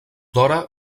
dora